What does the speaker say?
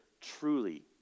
truly